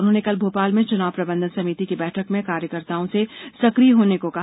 उन्होंने कल भोपाल में चुनाव प्रबंधन समिति की बैठक में कार्यकर्ताओं से सकिय होने को कहा